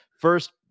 First